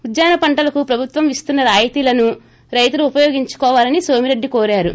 ఉద్యాన పంటలకు ప్రభుత్వం ఇస్తున్న రాయతీలను రైతులు ఉపయోగించుకోవాలని నోమిరెడ్డి కోరారు